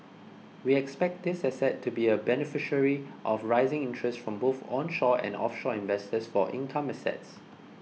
we expect this asset to be a beneficiary of rising interests from both onshore and offshore investors for income assets